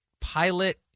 pilot